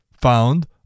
found